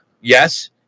Yes